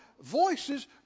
voices